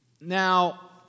Now